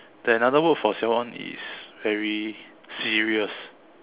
there's another word for siao on is very serious